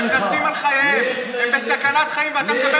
לך, הם נסים על חייהם, הם בסכנת חיים, ואתה מדבר